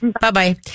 Bye-bye